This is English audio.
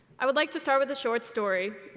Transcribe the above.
i would like to start with a short story,